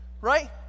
right